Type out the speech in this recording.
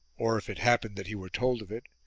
or if it happened that he were told of it,